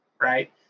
right